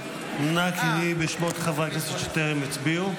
נא קראי בשמות חברי הכנסת שטרם הצביעו.